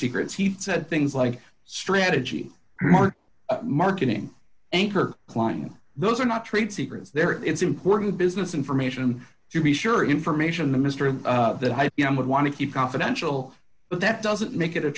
secrets he said things like strategy marketing and her client those are not trade secrets there it's important business information to be sure information minister who would want to keep confidential but that doesn't make it a